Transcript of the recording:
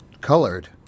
colored